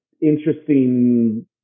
interesting